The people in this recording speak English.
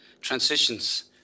transitions